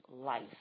life